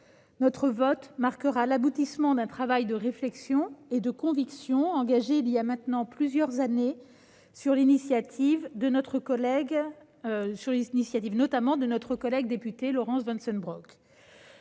Notre vote marquera l'aboutissement d'un travail de réflexion et de conviction entamé il y a déjà plusieurs années, sur l'initiative, notamment, de la députée Laurence Vanceunebrock.